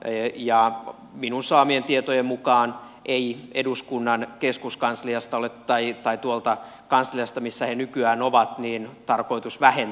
minun saami eni tietojen mukaan ei ole tuolta kansliasta missä he nykyään ovat tarkoitus vähentää mitään